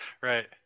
right